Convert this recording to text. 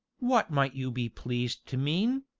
what might you be pleased to mean?